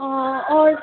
हय